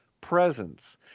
presence